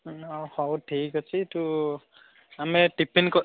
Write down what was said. ହ ହଉ ଠିକ୍ ଅଛି ତୁ ଆମେ ଟିଫିନ୍ କ